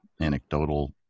anecdotal